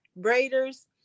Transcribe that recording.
braiders